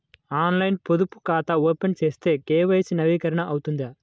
ఆన్లైన్లో పొదుపు ఖాతా ఓపెన్ చేస్తే కే.వై.సి నవీకరణ అవుతుందా?